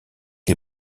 les